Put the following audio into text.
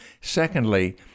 secondly